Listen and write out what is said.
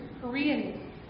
Korean